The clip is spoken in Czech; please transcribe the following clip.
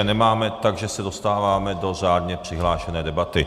Nemáme, takže se dostáváme do řádně přihlášené debaty.